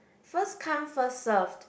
first come first served